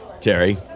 Terry